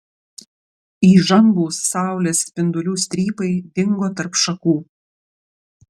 įžambūs saulės spindulių strypai dingo tarp šakų